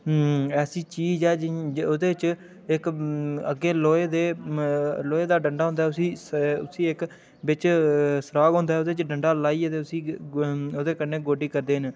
ऐसा ऐसी चीज ऐ जेह्दे च इक अग्गें लोहे दे लोहे दा डंडा होंदा उसी स उसी इक बिच सुराख होंदा ऐ ओह्दे च डंडा लाइयै ते उसी ग ओह्दे कन्नै गोड्डी करदे न